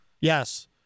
Yes